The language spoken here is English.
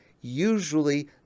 usually